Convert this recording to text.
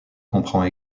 comprend